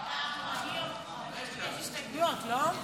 יש הסתייגויות, לא?